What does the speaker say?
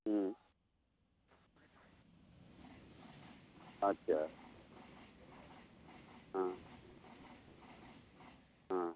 হুম আচ্ছা হ্যাঁ হ্যাঁ